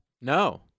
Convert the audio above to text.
No